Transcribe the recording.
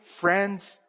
friends